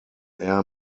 air